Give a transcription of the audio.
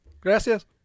Gracias